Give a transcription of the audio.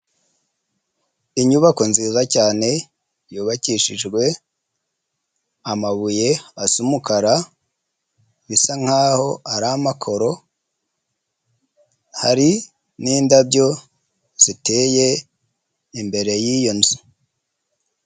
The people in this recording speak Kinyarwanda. Inyubako nziza cyane yubakishijwe amabuye asa umukara bisa nkaho ari amakoro, hari n'indabyo ziteye imbere yiyo nzu.